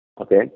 Okay